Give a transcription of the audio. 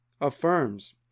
affirms